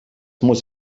muss